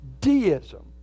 deism